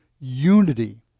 unity